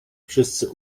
wszyscy